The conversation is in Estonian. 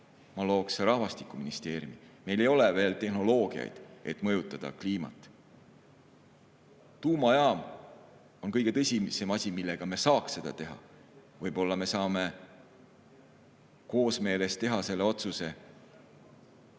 ma looks rahvastikuministeeriumi. Meil ei ole veel tehnoloogiaid, et mõjutada kliimat. Tuumajaam on kõige tõsisem asi, millega me saaks seda teha. Võib-olla me saame koosmeeles teha selle otsuse